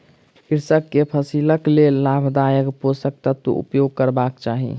कृषक के फसिलक लेल लाभदायक पोषक तत्वक उपयोग करबाक चाही